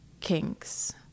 kinks